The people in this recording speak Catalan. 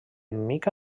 mica